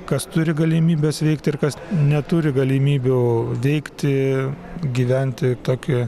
kas turi galimybes veikti ir kas neturi galimybių veikti gyventi tokį